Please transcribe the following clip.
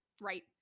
Right